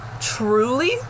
truly